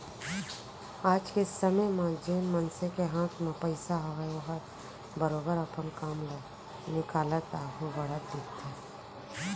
आज के समे म जेन मनसे के हाथ म पइसा हावय ओहर बरोबर अपन काम ल निकालत आघू बढ़त दिखथे